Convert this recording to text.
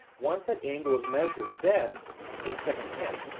once that angle is measured, then it's like a pen,